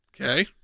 Okay